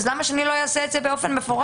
ואם כן למה שאני לא אעשה את זה באופן מפורש?